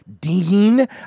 Dean